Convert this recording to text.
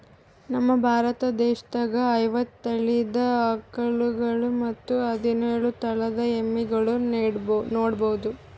ನಮ್ ಭಾರತ ದೇಶದಾಗ್ ಐವತ್ತ್ ತಳಿದ್ ಆಕಳ್ಗೊಳ್ ಮತ್ತ್ ಹದಿನೋಳ್ ತಳಿದ್ ಎಮ್ಮಿಗೊಳ್ ನೋಡಬಹುದ್